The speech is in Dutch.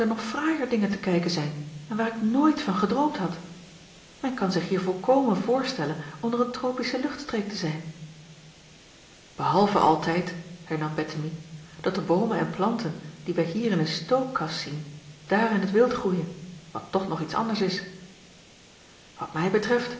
nog fraaier dingen te kijken zijn en waar ik nooit van gedroomd had men kan zich hier volkomen voorstellen onder een tropische luchtstreek te zijn behalve altijd hernam bettemie dat de boomen en planten die wij hier in een stookkas zien daar in t wild groeien wat toch nog iets anders is wat mij betreft